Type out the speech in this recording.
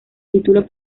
título